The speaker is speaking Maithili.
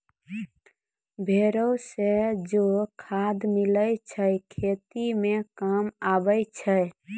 भेड़ो से जे खाद मिलै छै खेती मे काम आबै छै